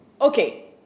Okay